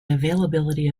availability